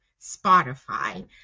Spotify